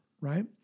right